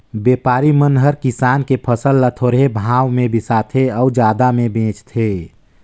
बेपारी मन हर किसान के फसल ल थोरहें भाव मे बिसाथें अउ जादा मे बेचथें